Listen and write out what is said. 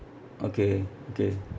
okay okay